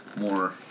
more